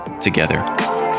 together